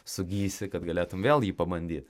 sugysi kad galėtum vėl jį pabandyt